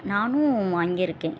நானும் வாங்கியிருக்கேன்